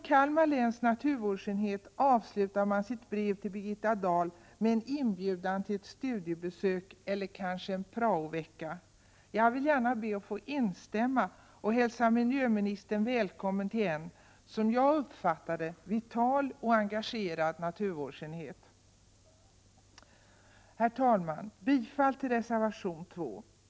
Kalmar läns naturvårdsenhet avslutar sitt brev till Birgitta Dahl med en inbjudan till ett studiebesök eller kanske en praovecka. Jag vill gärna be att få instämma och hälsa miljöministern välkommen till en, som jag uppfattar det, vital och engagerad naturvårdsenhet. Herr talman! Jag yrkar bifall till reservation 2.